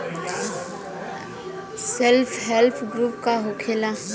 Self help group का होखेला?